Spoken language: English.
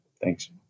Thanks